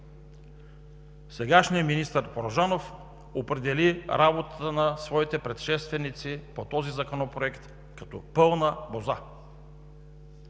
Сегашният министър Порожанов определи работата на своите предшественици по този законопроект като пълна боза.